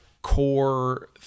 core